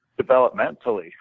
developmentally